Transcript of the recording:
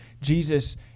Jesus